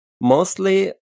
mostly